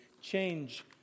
change